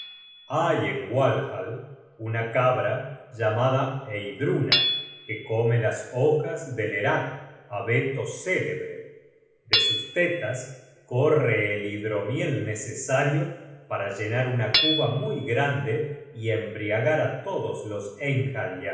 hay en walhall una cabra llamada heidruna que come las hojas de lerad abeto célebre de sus tetas corre el hidromiel necesario para llenar una cuba muy grande y embriagar á todos los